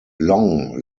long